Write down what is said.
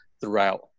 throughout